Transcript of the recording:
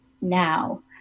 now